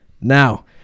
Now